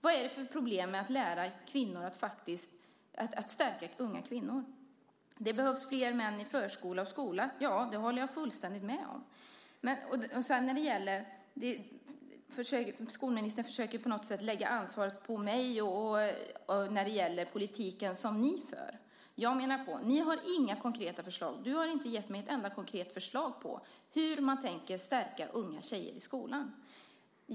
Vad finns det för problem med att stärka unga kvinnor? Det behövs fler män i förskola och skola. Ja, det håller jag fullständigt med om. Skolministern försöker på något sätt lägga ansvaret på mig när det gäller den politik som ni för. Jag menar att ni inte har några konkreta förslag. Du har inte gett mig ett enda konkret förslag på hur man tänker stärka unga tjejer i skolan.